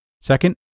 Second